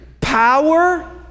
power